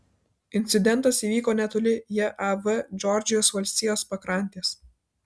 incidentas įvyko netoli jav džordžijos valstijos pakrantės